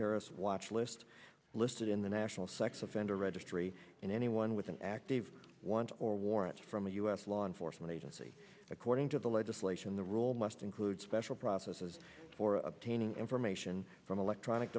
terrorist watch list listed in the national sex offender registry and anyone with an active want or warrants from a u s law enforcement agency according to the legislation the rule must include special processes for obtaining information from electronic